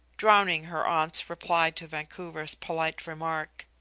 drowning her aunt's reply to vancouver's polite remark.